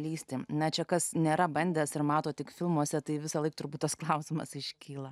lįsti na čia kas nėra bandęs ir mato tik filmuose tai visąlaik turbūt tas klausimas iškyla